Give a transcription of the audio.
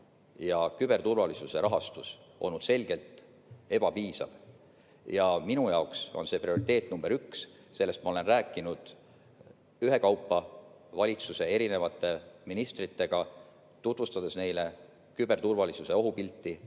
ja küberturvalisuse rahastus olnud selgelt ebapiisav. Minu jaoks on see prioriteet nr 1. Sellest olen ma rääkinud ühekaupa valitsuse ministritega, tutvustades neile küberturvalisuse ohupilti